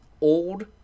Old